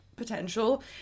Potential